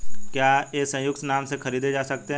क्या ये संयुक्त नाम से खरीदे जा सकते हैं?